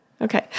Okay